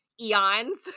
eons